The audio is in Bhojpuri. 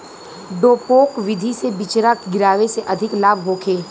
डेपोक विधि से बिचरा गिरावे से अधिक लाभ होखे?